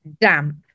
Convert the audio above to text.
damp